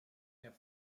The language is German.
herr